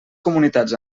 comunitats